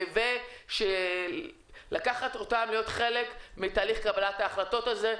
ושהם יהיו חלק מתהליך קבלת ההחלטות הזה.